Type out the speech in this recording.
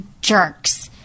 jerks